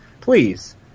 please